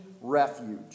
refuge